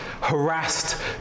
harassed